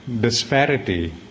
disparity